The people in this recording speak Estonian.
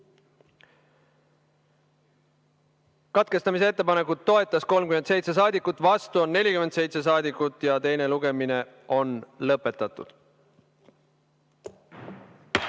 Katkestamise ettepanekut toetas 37 saadikut, vastu on 47 saadikut. Teine lugemine on lõpetatud.